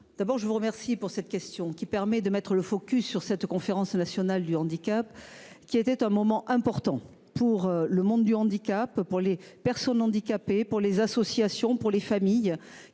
D'abord je vous remercie pour cette question qui permet de mettre le focus sur cette conférence nationale du handicap qui était un moment important pour le monde du handicap pour les personnes handicapées pour les associations pour les familles